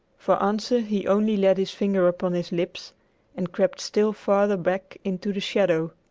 for answer he only laid his finger upon his lips and crept still farther back into the shadow.